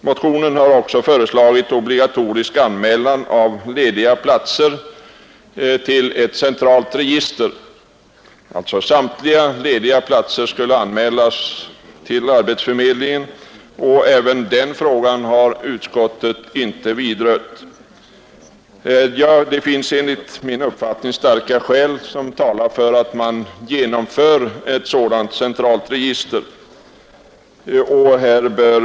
Motionen har också föreslagit obligatorisk anmälan av lediga platser till ett centralt register. Samtliga lediga platser skulle alltså anmälas till arbetsförmedlingen. Inte heller den frågan har utskottet berört. Starka skäl talar enligt min mening för att ett sådant centralt register upprättas.